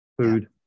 food